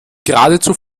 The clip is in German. geradezu